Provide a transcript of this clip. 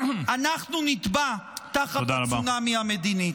אנחנו נטבע תחת הצונאמי המדיני.